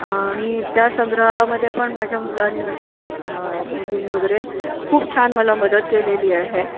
आणि त्या संग्रहामध्ये पण माझ्या मुलानी माझ्या मुलीनी वगैरे खूप छान मला मदत केलेली आहे